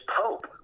Pope